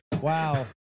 Wow